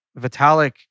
Vitalik